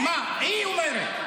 היא אומרת.